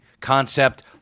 concept